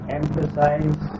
emphasize